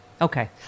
Okay